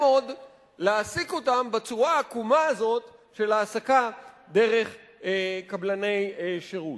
עוד להעסיק אותן בצורה העקומה הזאת של העסקה דרך קבלני שירות.